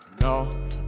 no